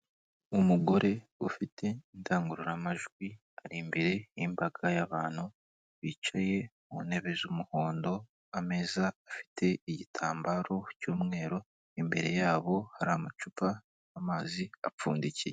Umugore ufite indangururamajwi ari imbere y'mbaga y'abantu bicaye mu ntebe zumuhondo, ameza afite igitambaro cy'umweru, imbere yabo hari amacupa, amazi apfundikiye.